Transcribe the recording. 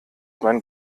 mein